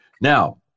now